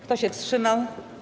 Kto się wstrzymał?